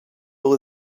all